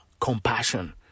compassion